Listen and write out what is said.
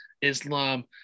Islam